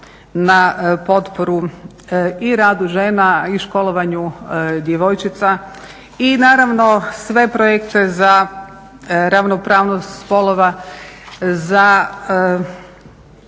na potporu i radu žena i školovanju djevojčica i naravno sve projekte za ravnopravnost spolova, za